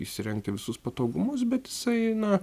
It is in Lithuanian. įsirengti visus patogumus bet jisai na